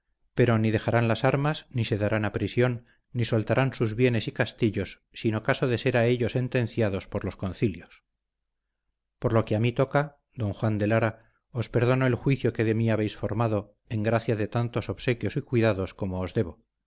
pero ni dejarán las armas ni se darán a prisión ni soltarán sus bienes y castillos sino caso de ser a ello sentenciados por los concilios por lo que a mí toca don juan de lara os perdono el juicio que de mí habéis formado en gracia de tantos obsequios y cuidados como os debo